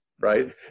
right